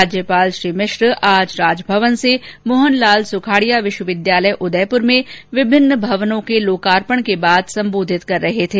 राज्यपाल श्री मिश्र आज राजभवन र्स मोहन लाल सुखाड़िया विश्वविद्यालय उदयपुर में विभिन्न भवनों के लोकार्पण के बाद सम्बोधित कर रहे थे